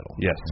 Yes